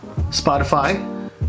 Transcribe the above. Spotify